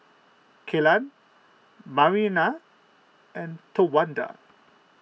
Kellan Marianna and Towanda